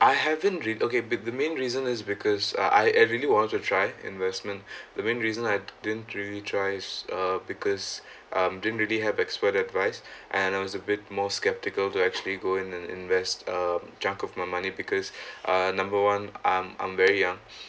I haven't read okay but the main reason is because I I really wanted to try investment the main reason I didn't really tries uh because um didn't really have expert advice and I was a bit more skeptical to actually go in and invest um chunk of my money because uh number one I'm I'm very young